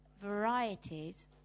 varieties